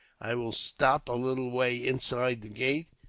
i will stop a little way inside the gate,